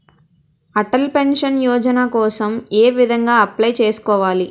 Atal pension Yojana కోసం ఏ విధంగా అప్లయ్ చేసుకోవాలి?